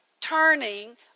turning